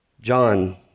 John